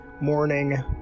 morning